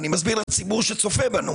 אני מסביר לציבור שצופה בנו,